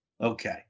Okay